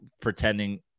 pretending